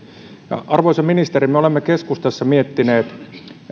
arvoisa ministeri me olemme keskustassa miettineet